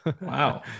Wow